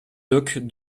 docks